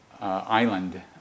island